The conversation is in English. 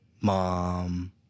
mom